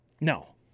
No